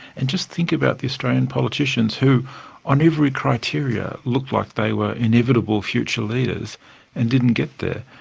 and just think about the australian politicians who on every criterion looked like they were inevitable future leaders and didn't get there,